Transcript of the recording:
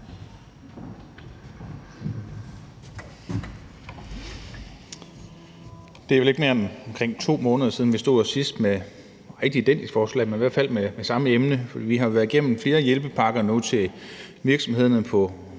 Det er vel ikke mere end omkring to måneder siden, vi stod her sidst med et ikke identisk forslag, men i hvert fald med det samme emne. Vi har nu været igennem flere hjælpepakker til virksomhederne, når